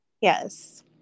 yes